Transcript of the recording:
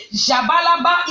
jabalaba